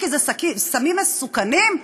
כי זה סמים מסוכנים,